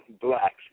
blacks